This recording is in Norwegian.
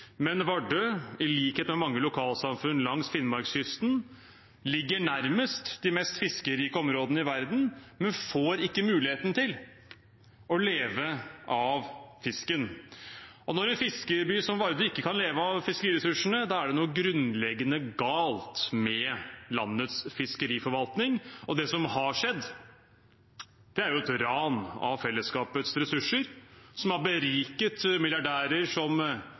Men Vardø, i likhet med mange lokalsamfunn langs Finnmarkskysten, ligger nærmest de mest fiskerike områdene i verden, men får ikke mulighet til å leve av fisken. Når en fiskeby som Vardø ikke kan leve av fiskeriressursene, er det noe grunnleggende galt med landets fiskeriforvaltning. Det som har skjedd, er et ran av fellesskapets ressurser, som har beriket milliardærer som